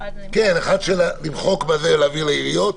כן, אחד למחוק ולהעביר לעיריות.